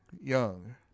Young